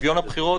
שוויון הבחירות,